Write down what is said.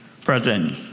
Present